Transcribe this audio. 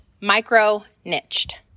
micro-niched